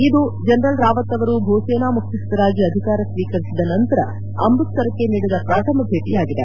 ಇದು ಜನರಲ್ ರಾವತ್ ಅವರು ಭೂ ಸೇನಾ ಮುಖ್ಯಸ್ವರಾಗಿ ಅಧಿಕಾರ ಸ್ವೀಕರಿಸಿದ ನಂತರ ಅಮೃತಸರಕ್ಕೆ ನೀಡಿದ ಪ್ರಥಮ ಭೇಟಿಯಾಗಿದೆ